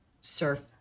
surf